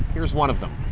here's one of them.